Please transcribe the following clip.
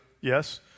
Yes